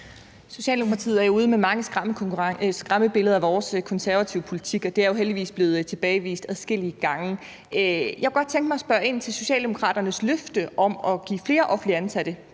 Socialdemokratiet er jo ude med mange skræmmebilleder om vores konservative politik, og det er jo heldigvis blevet tilbagevist adskillige gange. Jeg kunne godt tænke mig at spørge ind til Socialdemokratiets løfte om at skaffe flere offentligt ansatte.